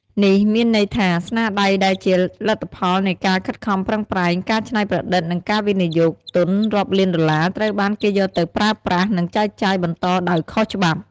នេះមានន័យថា ស្នាដៃដែលជាលទ្ធផលនៃការខិតខំប្រឹងប្រែង ការច្នៃប្រឌិត និងការវិនិយោគទុនរាប់លានដុល្លារ ត្រូវបានគេយកទៅប្រើប្រាស់ និងចែកចាយបន្តដោយខុសច្បាប់។